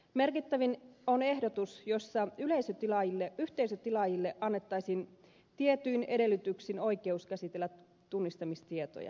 merkittävin on ehdotus jossa yhteisötilaajille annettaisiin tietyin edellytyksin oikeus käsitellä tunnistamistietoja